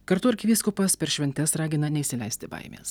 kartu arkivyskupas per šventes ragina neįsileisti baimės